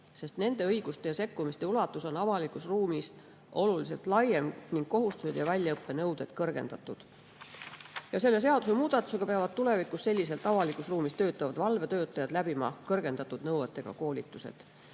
sest nende õiguste ja sekkumiste ulatus avalikus ruumis on oluliselt laiem ning kohustused ja väljaõppe nõuded kõrgendatud. Ja selle seadusemuudatuse kohaselt peavad tulevikus avalikus ruumis töötavad valvetöötajad läbima kõrgendatud nõuetega koolitused.